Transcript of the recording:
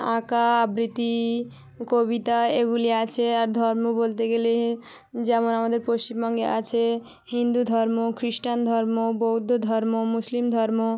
আঁকা আবৃত্তি কবিতা এগুলি আছে আর ধর্ম বলতে গেলে যেমন আমাদের পশ্চিমবঙ্গে আছে হিন্দু ধর্ম খ্রিস্টান ধর্ম বৌদ্ধ ধর্ম মুসলিম ধর্ম